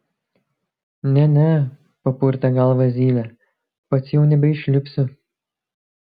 ne ne papurtė galvą zylė pats jau nebeišlipsiu